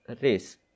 race